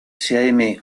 sea